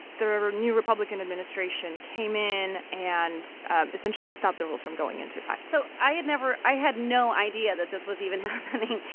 the new republican administration came in and essentially stopped the rules from going into effect so i had never i had no idea that this was even happening.